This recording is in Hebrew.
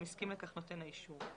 אם הסכים לכך נותן האישור".